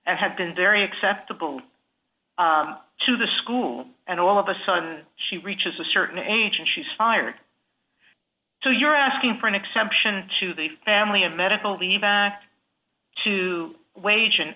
and had been very acceptable to the school and all of a sudden she reaches a certain age and she's fired so you're asking for an exception to the family and medical leave act to wage an